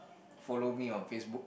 follow me on Facebook